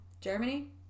Germany